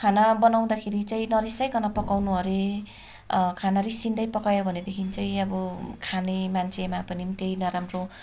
खाना बनाउँदाखेरि चैँ नरिसाईकन पकाउनु अरे खाना रिसिँदै पकायो भनेदिखि चाहिँ अब खाने मान्छेमा पनि त्यही नराम्रो